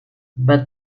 but